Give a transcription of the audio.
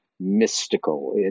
mystical